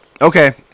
Okay